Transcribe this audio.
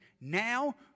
Now